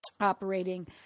operating